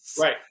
right